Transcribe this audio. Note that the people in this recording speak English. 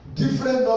different